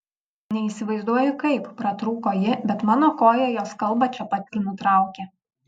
neįsivaizduoju kaip pratrūko ji bet mano koja jos kalbą čia pat ir nutraukė